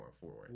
forward